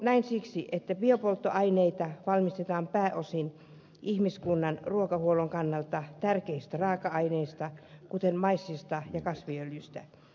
näin siksi että biopolttoaineita valmistetaan pääosin ihmiskunnan ruokahuollon kannalta tärkeistä raaka aineista kuten maissista ja kasviöljystä